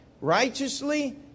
righteously